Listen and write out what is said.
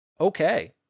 Okay